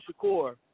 Shakur